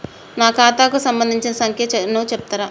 నా ఖాతా కు సంబంధించిన సంఖ్య ను చెప్తరా?